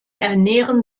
ernähren